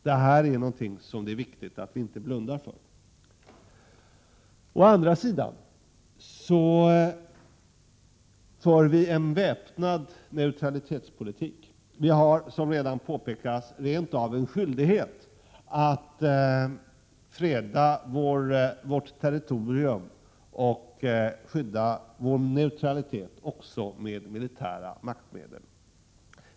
Det är viktigt att inte blunda för detta. Å andra sidan för vi en väpnad neutralitetspolitik. Vi har, som redan påpekats, rent av en skyldighet att freda vårt territorium och skydda vår neutralitet även med militära maktmedel.